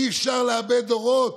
אי-אפשר לאבד דורות.